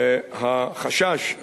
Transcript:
החשש,